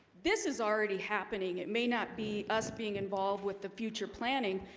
this is already happening it may not be us being involved with the future planning,